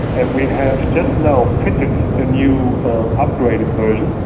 and we have just now fitted a new upgraded version,